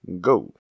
go